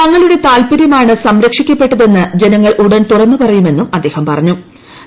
തങ്ങളുടെ താൽപര്യമാണ് സംരക്ഷിക്കപ്പെട്ടതെന്ന് ജനങ്ങൾ ഉടൻ തുറന്നുപറയുമെന്നും അദ്ദേഹം പ്പൂൺതു